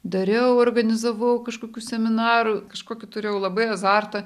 dariau organizavau kažkokių seminarų kažkokį turėjau labai azartą